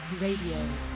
Radio